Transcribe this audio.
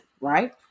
right